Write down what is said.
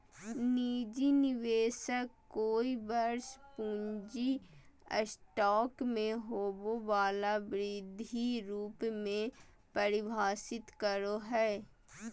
निजी निवेशक कोय वर्ष पूँजी स्टॉक में होबो वला वृद्धि रूप में परिभाषित करो हइ